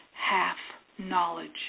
half-knowledge